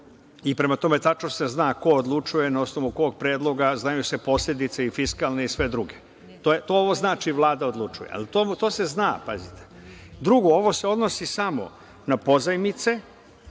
i prema tome tačno se zna ko odlučuje, na osnovu kog predloga, znaju se posledice i fiskalne i sve druge. To ovo znači Vlada odlučuje. Ali, to se zna, pazite. Drugo, ovo se odnosi samo za pozajmice,